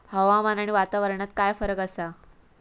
हवामान आणि वातावरणात काय फरक असा?